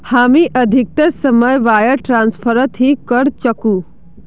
हामी अधिकतर समय वायर ट्रांसफरत ही करचकु